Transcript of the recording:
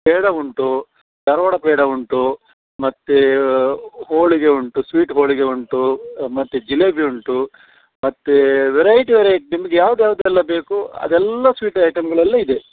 ಪೇಡ ಉಂಟು ಧಾರವಾಡ ಪೇಡ ಉಂಟು ಮತ್ತೇ ಹೋಳಿಗೆ ಉಂಟು ಸ್ವೀಟ್ ಹೋಳಿಗೆ ಉಂಟು ಮತ್ತೆ ಜಿಲೇಬಿ ಉಂಟು ಮತ್ತೆ ವೆರೈಟಿ ವೆರೈಟಿ ನಿಮ್ಗೆ ಯಾವ್ದಯಾವ್ದು ಎಲ್ಲ ಬೇಕು ಅದೆಲ್ಲ ಸ್ವೀಟಿ ಐಟಮ್ಗಳೆಲ್ಲ ಇದೆ